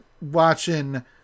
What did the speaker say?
watching